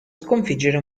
sconfiggere